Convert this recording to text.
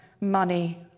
money